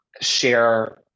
share